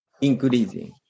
increasing